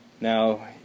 now